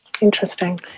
Interesting